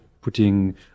putting